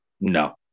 No